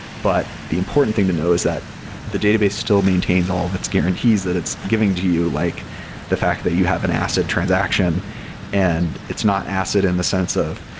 but the important thing to know is that the database still maintains all of its guarantees that it's giving to you, like the fact that you have an acit transaction and it's not acit in the sense of,